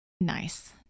nice